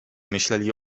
myśleli